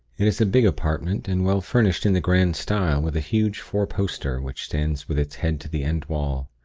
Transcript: it is a big apartment, and well furnished in the grand style, with a huge four-poster, which stands with its head to the end wall.